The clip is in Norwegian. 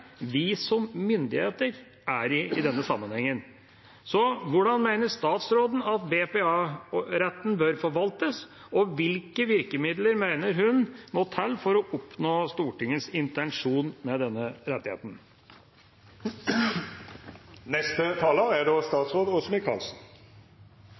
er myndigheter i denne sammenhengen. Så hvordan mener statsråden at BPA-retten bør forvaltes, og hvilke virkemidler mener hun må til for å oppnå Stortingets intensjon med denne rettigheten? Ordningen med brukerstyrt personlig assistanse, altså BPA, er